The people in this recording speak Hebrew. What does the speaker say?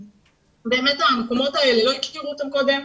באמת המקומות האלה, לא הכירו אותם קודם.